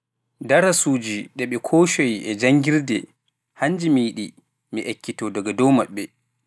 Darasuuji ɗi ɓe koocoyi e janngirde hannji mi yiɗi mi ekkitoo daga dow maɓɓe.